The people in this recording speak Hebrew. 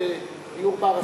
לדיור בר-השגה?